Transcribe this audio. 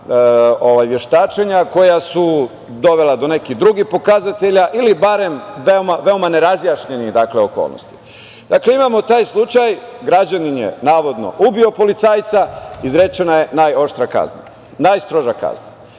veštačenja koja su dovela do neki drugih pokazatelja ili barem veoma nerazjašnjene okolnosti. Dakle, imamo taj slučaj gde je građanin navodno ubio policajca, izrečena je najoštrija kazna.Dešava